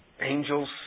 angels